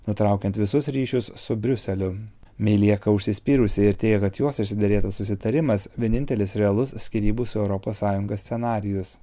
nutraukiant visus ryšius su briuseliu mei lieka užsispyrusi ir teigia kad jos išsiderėtas susitarimas vienintelis realus skyrybų su europos sąjunga scenarijus